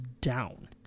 down